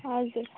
हजुर